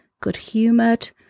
good-humoured